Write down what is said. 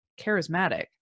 charismatic